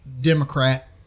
Democrat